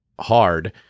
hard